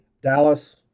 Dallas